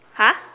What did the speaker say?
!huh!